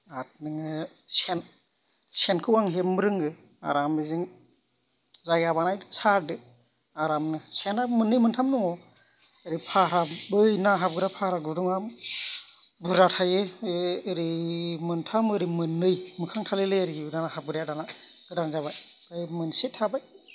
आरो नोङो सेन सेनखौ आं हेबनो रोङो आराम जों जायगा बानायदो सारदो आरामनो सेना मोननै मोनथाम दङ ओरै फाहा बै ना हाबग्रा फाहा गुदुंआ बुरजा थायो ओरै मोनथाम ओरै मोननै मोखां थालायलायो आरोखि ना हाबग्राया दाना गोदान जाबाय ओरै मोनसे थाबाय